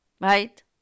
right